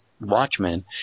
Watchmen